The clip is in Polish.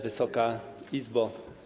Wysoka Izbo!